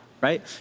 right